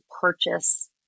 purchase